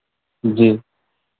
जी